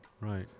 right